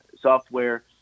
software